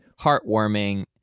heartwarming